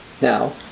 now